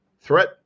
Threat